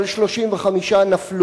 אבל 35 נפלו,